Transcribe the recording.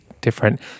different